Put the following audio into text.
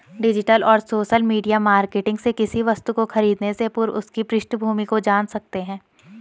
digital और social media marketing से किसी वस्तु को खरीदने से पूर्व उसकी पृष्ठभूमि को जान सकते है